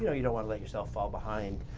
know, you don't want to let yourself fall behind.